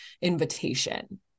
invitation